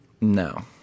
No